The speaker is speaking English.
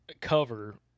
cover